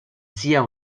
sia